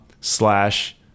slash